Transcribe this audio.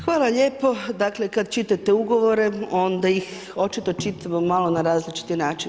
Hvala lijepo, dakle kad čitate ugovore onda ih očito čitamo malo na različiti način.